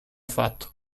fatto